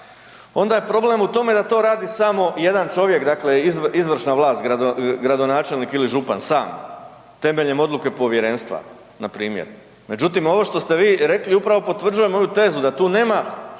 onda je problem u tome da to radi samo jedan čovjek, dakle izvršna vlast, gradonačelnik ili župan sam temeljem odluke povjerenstva npr. Međutim, ovo što ste vi rekli upravo potvrđuje moju tezu da tu nema